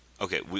Okay